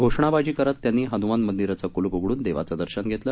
घोषणाबाजी करत त्यांनी हनुमान मंदिराचं कुलुप उघडून देवाचं दर्शन घेतलं